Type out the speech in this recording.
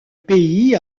pays